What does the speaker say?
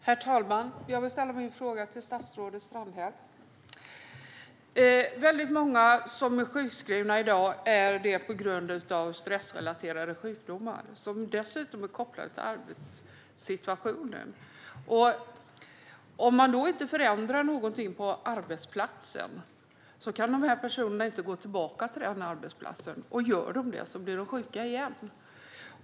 Herr talman! Jag vill ställa min fråga till statsrådet Strandhäll. Många som är sjukskrivna i dag är det på grund av stressrelaterade sjukdomar, som dessutom är kopplade till arbetssituationen. Om man då inte förändrar någonting på arbetsplatsen kan de inte gå tillbaka till den, och om de gör det blir de sjuka igen.